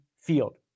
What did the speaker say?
field